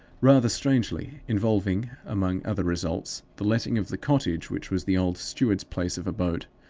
rather strangely involving, among other results, the letting of the cottage which was the old steward's place of abode,